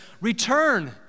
Return